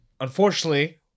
unfortunately